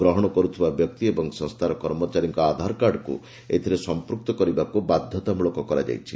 ଗ୍ରହଣ କରୁଥିବା ବ୍ୟକ୍ତି ଏବଂ ସଂସ୍ଥାର କର୍ମଚାରୀଙ୍କ ଆଧାର କାର୍ଡକୁ ଏଥିରେ ସମ୍ପୃକ୍ତ କରିବାକୁ ବାଧ୍ୟତା ମୂଳକ କରାଯାଇଛି